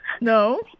No